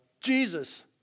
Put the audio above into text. Jesus